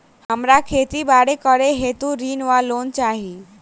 हमरा खेती बाड़ी करै हेतु ऋण वा लोन चाहि?